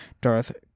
Darth